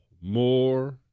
more